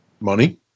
Money